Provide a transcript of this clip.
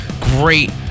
great